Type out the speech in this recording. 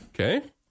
Okay